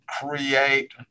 create